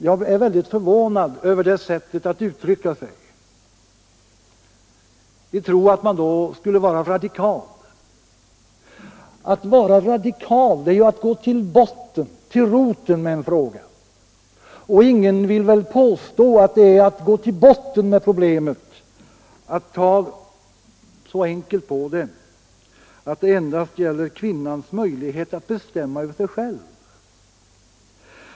Jag är mycket förvånad över det sättet att uttrycka sig — i tro att man då skulle vara radikal. Att vara radikal är ju att gå till roten med en fråga, och ingen vill väl påstå att det är att gå till roten med problemet om man tar så enkelt på det att det endast skulle gälla kvinnans möjligheter att bestämma över sig själv.